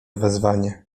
wezwanie